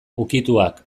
ukituak